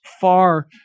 far